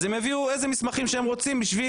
אז הם יביאו איזה מסמכים שהם רוצים כדי